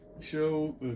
show